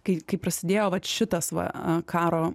kai kai prasidėjo vat šitas va karo